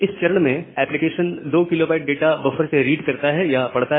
इस चरण में एप्लीकेशन 2 KB डाटा बफर से रीड करता या पढ़ता है